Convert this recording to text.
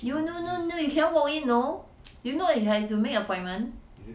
you no no no you cannot walk in you know you know you has to make appointment